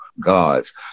gods